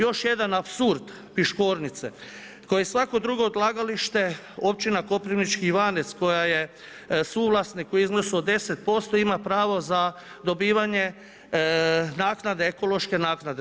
Još jedan apsurd Piškornice, koje svako drugo odlagalište, općina Koprivnički Ivane, koja je suvlasnik, u iznosu od 10% ima pravo za dobivanje naknade, ekološke naknade.